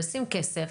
ישים כסף